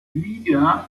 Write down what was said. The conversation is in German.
liga